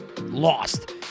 lost